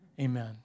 Amen